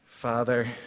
Father